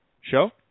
show